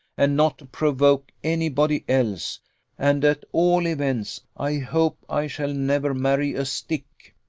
and not to provoke any body else and, at all events, i hope i shall never marry a stick.